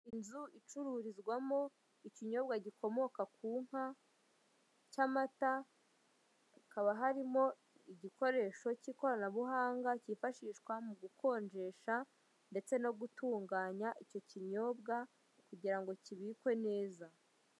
Inzu icururizwamo ikinyobwa gikomoka ku nka cy'amata, hakaba harimo igikoresho cy'ikoranabuhanga cyifashishwa mu gukonjesha ndetse no gutunganya icyo kinyobwa kugira ngo kibikwe neza.